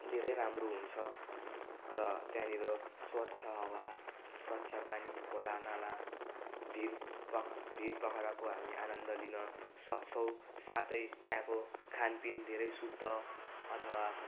धेरै राम्रो हुन्छ र त्यहाँनिर स्वच्छ हावा स्वच्छ पानी खोला नाला भिर पाख् भिर पहराको हामी आनन्द लिन सक्छौँ साथै त्यहाँको खानपिन धेरै शुद्ध अथवा